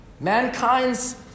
mankind's